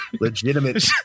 legitimate